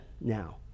now